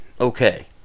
okay